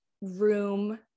room